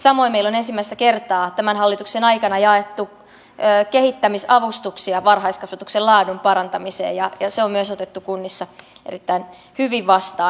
samoin meillä on ensimmäistä kertaa tämän hallituksen aikana jaettu kehittämisavustuksia varhaiskasvatuksen laadun parantamiseen ja se on myös otettu kunnissa erittäin hyvin vastaan